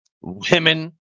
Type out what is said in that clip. Women